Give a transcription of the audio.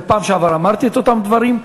ובפעם שעברה אמרתי את אותם דברים.